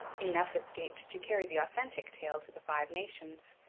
enough escaped to carry the authentic tale to the five nations,